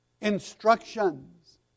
instructions